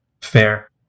Fair